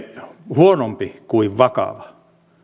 huonompi kuin vakava niin